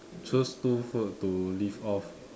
choose two food to live of